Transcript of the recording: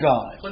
God